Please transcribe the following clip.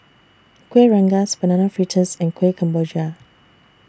Kueh Rengas Banana Fritters and Kuih Kemboja